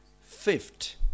fifth